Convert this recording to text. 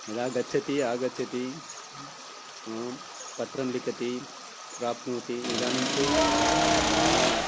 यदा गच्छति आगच्छति पत्रं लिखति प्राप्नोति इदानीं तु वा